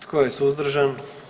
Tko je suzdržan?